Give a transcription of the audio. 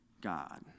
God